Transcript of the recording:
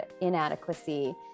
inadequacy